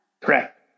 Correct